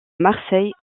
marseille